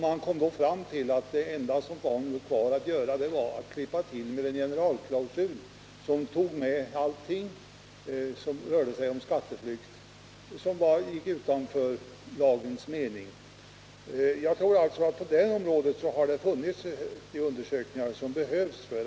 Man kom då fram till att det enda man kunde göra var att klippa till med en generalklausul som tog med allt som rörde skatteflykt och gick utanför lagens mening. Jag tror alltså att det på det området har gjorts de undersökningar som behövs.